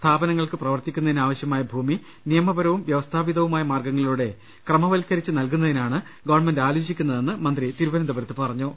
സ്ഥാപനങ്ങൾക്ക് പ്രവർത്തിക്കുന്നതിനാവശ്യമായ ഭൂമി നിയമപരവും വ്യവ സ്ഥാപിതവുമായ മാർഗ്ഗങ്ങളിലൂടെ ക്രമവത്കരിച്ച് നൽകുന്നതിനാണ് ഗവൺമെന്റ് ആലോചിച്ചിക്കുന്നതെന്ന് മന്ത്രി തിരുവനന്തപുരത്ത് പറഞ്ഞു